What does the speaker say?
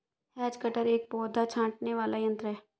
has cutter एक पौधा छाँटने वाला यन्त्र है